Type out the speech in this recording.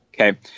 Okay